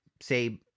say